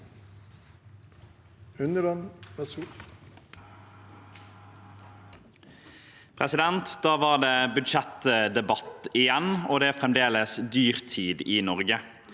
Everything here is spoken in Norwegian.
Da var det budsjettdebatt igjen, og det er fremdeles dyrtid i Norge.